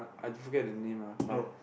I just forget the name lah but